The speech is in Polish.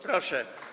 Proszę.